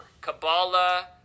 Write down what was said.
Kabbalah